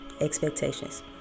expectations